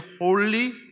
holy